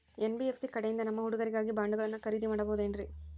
NBFC ಕಡೆಯಿಂದ ನಮ್ಮ ಹುಡುಗರಿಗಾಗಿ ಬಾಂಡುಗಳನ್ನ ಖರೇದಿ ಮಾಡಬಹುದೇನ್ರಿ?